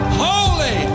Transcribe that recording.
holy